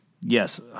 Yes